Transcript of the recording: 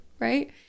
right